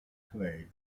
clay